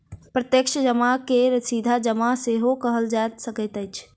प्रत्यक्ष जमा के सीधा जमा सेहो कहल जा सकैत अछि